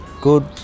good